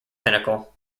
pinnacle